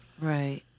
Right